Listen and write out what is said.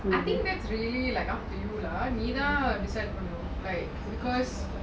I think that's really like up to you ah நீ தான்:nee thaan decide பண்ணனும்:pannanum because